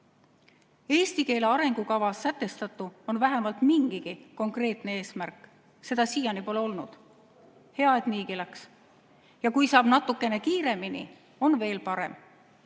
keele arengukavas sätestatu on vähemalt mingigi konkreetne eesmärk. Seda siiani pole olnud. Hea, et niigi läks. Ja kui saab natukene kiiremini, on veel parem.